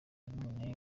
none